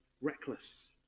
reckless